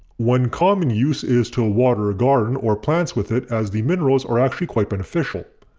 one common use is to water a garden or plants with it as the minerals are actually quite beneficial.